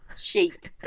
sheep